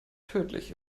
tödlich